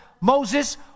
Moses